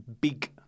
big